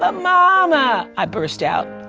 ah mama, i burst out.